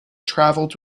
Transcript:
travelled